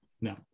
No